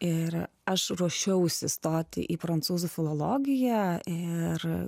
ir aš ruošiausi stoti į prancūzų filologiją ir